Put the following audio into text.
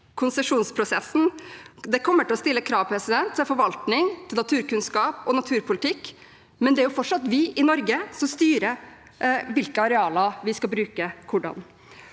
konsesjonsprosessen, kommer til å stille krav til forvaltning, naturkunnskap og naturpolitikk, men det er fortsatt vi i Norge som styrer hvilke arealer vi skal bruke – og hvordan.